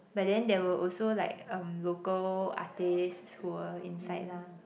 but then there were also like um local artists who were also inside lah